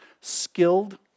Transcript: skilled